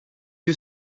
you